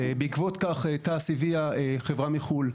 בעקבות כך תעש הביאה חברה מחו"ל,